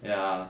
ya